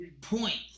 point